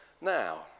now